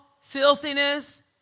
filthiness